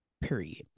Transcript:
Period